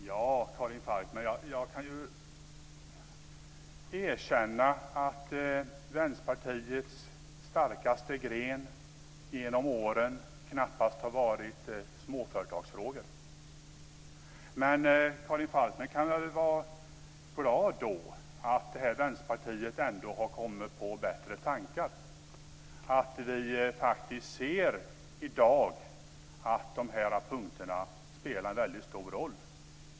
Fru talman! Jag kan erkänna, Karin Falkmer, att Vänsterpartiets starkaste gren genom åren knappast har varit småföretagsfrågor. Men Karin Falkmer kan då vara glad över att Vänsterpartiet har kommit på bättre tankar, att vi faktiskt i dag ser att dessa punkter spelar en stor roll.